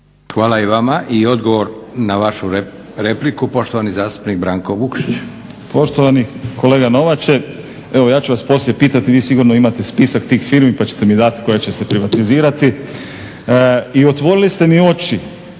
**Vukšić, Branko (Hrvatski laburisti - Stranka rada)** Poštovani kolega Novače, evo ja ću vas poslije pitati vi sigurno imate spisak tih firmi pa ćete mi dati koje će se privatizirati. I otvorili ste m i oči,